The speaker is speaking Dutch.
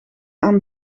aan